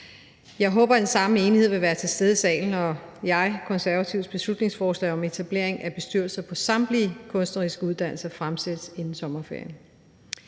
Jeg håber, den samme enighed vil være til stede i salen, når mit og Konservatives beslutningsforslag om etablering af bestyrelser på samtlige kunstneriske uddannelser fremsættes inden sommerferien.